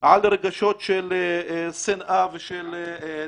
על רגשות של שנאה ושל נקמנות.